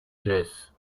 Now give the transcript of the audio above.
jesse